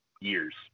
years